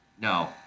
No